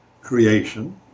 creation